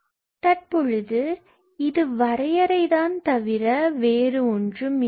தற்பொழுது இது வரையரை தான் தவிர வேறு ஒன்றும் இல்லை